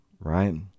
Right